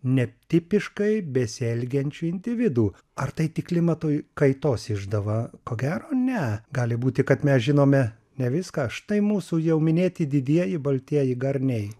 netipiškai besielgiančių individų ar tai tik klimato kaitos išdava ko gero ne gali būti kad mes žinome ne viską štai mūsų jau minėti didieji baltieji garniai